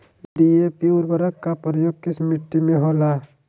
DAP उर्वरक का प्रयोग किस मिट्टी में होला?